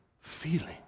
feeling